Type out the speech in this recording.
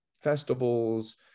festivals